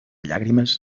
llàgrimes